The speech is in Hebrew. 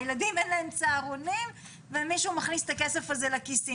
הילדים אין להם צהרונים ומישהו מכניס את הכסף הזה לכיסים,